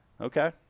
okay